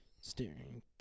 steering